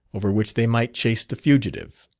over which they might chase the fugitive.